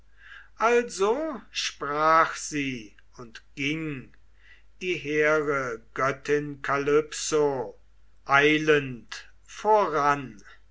also sprach sie und ging die hehre göttin kalypso eilend voran